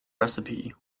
recipe